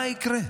מה יקרה?